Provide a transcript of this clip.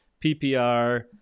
PPR